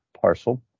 parcel